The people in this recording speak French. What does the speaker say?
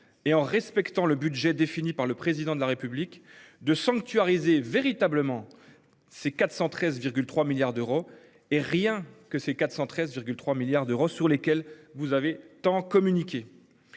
et en respectant le budget défini par le président de la République de sanctuariser véritablement ces 413 3 milliards d'euros et rien que ces 413,3 milliards d'euros sur lesquels vous avez tant communiquer.